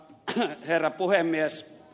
arvoisa herra puhemies